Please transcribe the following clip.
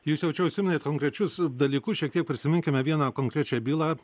jūs jau čia užsiminėt konkrečius dalykus šiek tiek prisiminkime vieną konkrečią bylą